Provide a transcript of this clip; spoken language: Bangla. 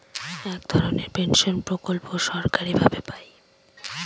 এক ধরনের পেনশন প্রকল্প সরকারি ভাবে পাই